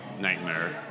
Nightmare